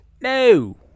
No